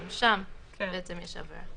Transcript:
גם שם בעצם יש עבירה.